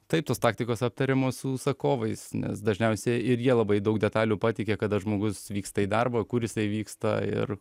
taip tos taktikos aptariamos su užsakovais nes dažniausiai ir jie labai daug detalių pateikia kada žmogus vyksta į darbą kur jisai vyksta ir